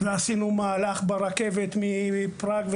עשינו מהלך ברכבת מפראג.